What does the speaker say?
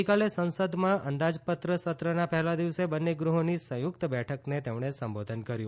ગઇકાલે સંસદમાં અંદાજપત્ર સત્રના પહેલા દિવસે બંને ગૃહોની સંયુક્ત બેઠકને સંબોધન કર્યું